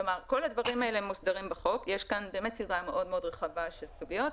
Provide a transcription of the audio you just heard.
כל הדברים האלה מוסדרים בחוק ויש כאן סדרה רחבה מאוד של סוגיות.